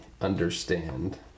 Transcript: understand